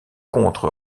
contre